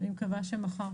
אני מקווה שמחר.